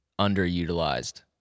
underutilized